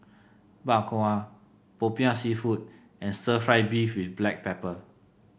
Bak Kwa popiah seafood and stir fry beef with Black Pepper